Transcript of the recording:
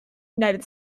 united